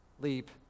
leap